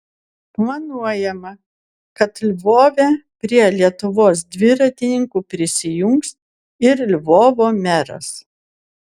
planuojama kad lvove prie lietuvos dviratininkų prisijungs ir lvovo meras